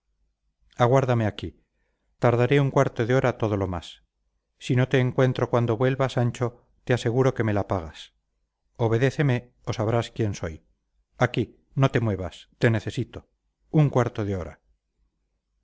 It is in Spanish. aguárdame aquí tardaré un cuarto de hora todo lo más si no te encuentro cuando vuelva sancho te aseguro que me la pagas obedéceme o sabrás quién soy aquí no te muevas te necesito un cuarto de hora